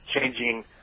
changing